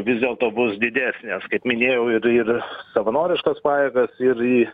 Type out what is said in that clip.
vis dėlto bus didesnės kaip minėjau ir ir savanoriškos pajėgos ir į